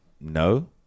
No